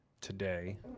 today